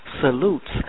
salutes